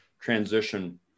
transition